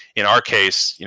in our case,